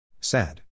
Sad